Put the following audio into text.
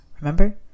remember